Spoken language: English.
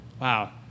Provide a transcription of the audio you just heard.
Wow